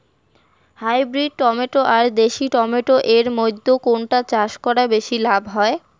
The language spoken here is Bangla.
হাইব্রিড টমেটো আর দেশি টমেটো এর মইধ্যে কোনটা চাষ করা বেশি লাভ হয়?